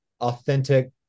authentic